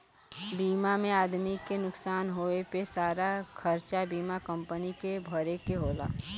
बीमा में आदमी के नुकसान होए पे सारा खरचा बीमा कम्पनी के भरे के होला